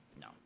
No